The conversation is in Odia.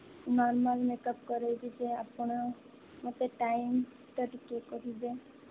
ନର୍ମାଲ ମେକଅପ କରେଇବି ଯେ ଆପଣ ମୋତେ ଟାଇମଟା ଟିକେ କହିବେ